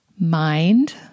mind